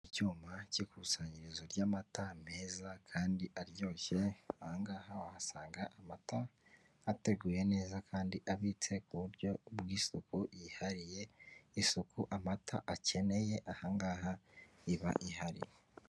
Icyuma cy'ikusanyirizo ry'amata meza kandi aryoshye, aha ngaha uhasanga amata ateguye neza kandi abitse ku buryo bw'isuku yihariye, isuku amata akeneye aha ngaha iba ihari.